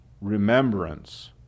remembrance